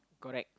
correct